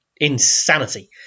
insanity